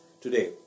today